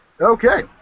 Okay